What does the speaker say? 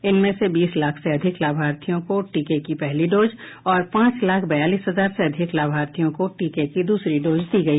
इनमें से बीस लाख से अधिक लाभार्थियों को टीके की पहली डोज और पांच लाख बयालीस हजार से अधिक लाभार्थियों को टीके की दूसरी डोज दी गई